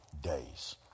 days